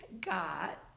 got